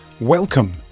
Welcome